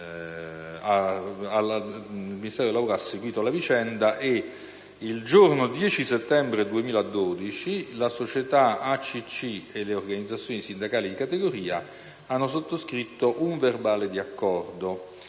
il Ministero del lavoro ha seguito la vicenda e il 10 settembre 2012 la società ACC e le organizzazioni sindacali di categoria hanno sottoscritto un verbale di accordo